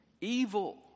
evil